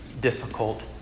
difficult